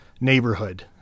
neighborhood